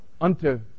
unto